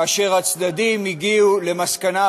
כאשר הצדדים הגיעו למסקנה,